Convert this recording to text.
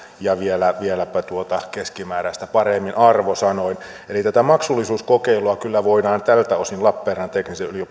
ja vieläpä keskimääräistä paremmin arvosanoin eli tätä maksullisuuskokeilua kyllä voidaan tältä osin lappeenrannan